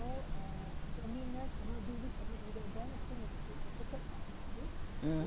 mm